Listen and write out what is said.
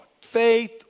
Faith